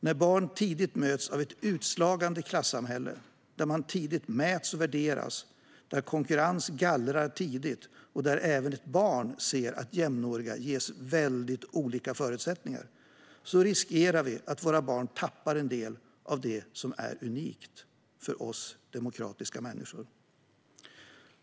När barn tidigt möts av ett klassamhälle som slår ut, där man tidigt mäts och värderas, där konkurrens gallrar tidigt och där även ett barn ser att jämnåriga ges väldigt olika förutsättningar, riskerar vi att våra barn tappar en del av det som är unikt för oss demokratiska människor.